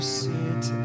sit